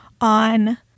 on